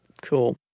cool